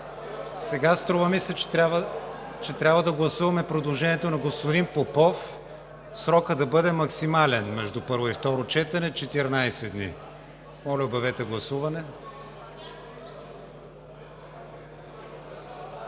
Струва ми се, че сега трябва да гласуваме предложението на господин Попов срокът да бъде максимален между първо и второ четене – 14 дни. Моля, обявете гласуване.